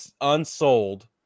unsold